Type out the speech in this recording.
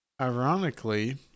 Ironically